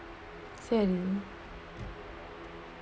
and